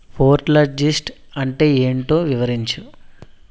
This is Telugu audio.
పోల్టర్జిస్ట్ అంటే ఏంటో వివరించు